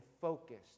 focused